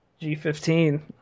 G15